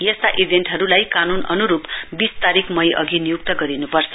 यस्ता एजेन्टहरुलाई कान्न अन्रुप बीस तारीकल मई अघि नियुक्त गरिन्पर्छ